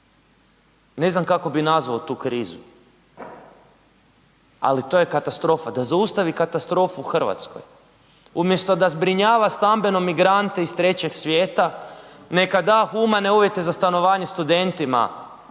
ne znam kako bih nazvao tu krizu, ali to je katastrofa, da zaustavi katastrofu u Hrvatskoj. Umjesto da zbrinjava stambeno migrante iz trećeg svijeta neka da humane uvjete za stanovanje studentima